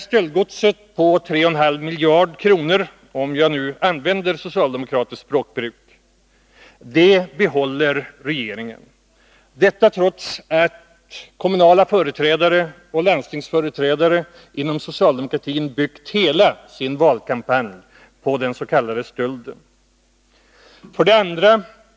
”Stöldgodset” — för att använda socialdemokratiskt språkbruk — på 3,5 miljarder kronor behåller regeringen, trots att socialdemokratiska företrädare för kommuner och landsting byggt hela sin valkampanj på den s.k. stölden. 2.